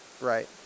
Right